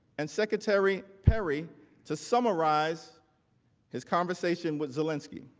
and secretary perry to summarize his conversation with zelensky.